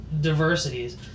diversities